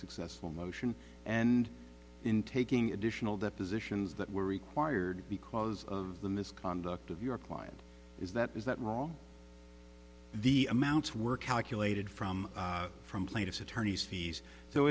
successful motion and in taking additional depositions that were required because of the misconduct of your client is that is that wrong the amounts were calculated from from plaintiff's attorneys fees so